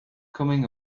coming